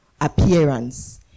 appearance